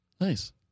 Nice